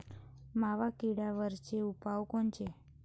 मावा किडीवरचे उपाव कोनचे?